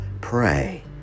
pray